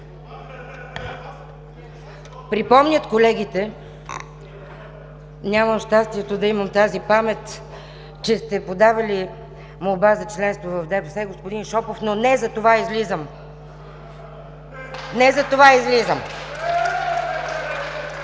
Припомнят колегите, нямам щастието да имам тази памет, че сте подавали молба за членство в ДПС, господин Шопов, но не затова излизам. (Ръкопляскания и